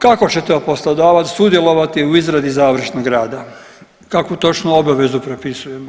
Kako će to poslodavac sudjelovati u izradi završnog rada, kakvu točno obavezu propisujemo?